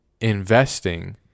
investing